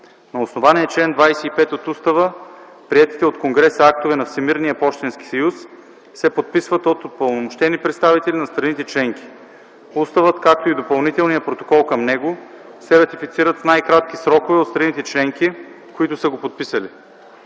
На основание чл. 25 от Устава, приетите от конгреса актове на Всемирния пощенски съюз се подписват от упълномощени представители на страните членки. Уставът, както и допълнителният протокол към него, се ратифицират в най-кратки срокове от страните членки, които са го подписали.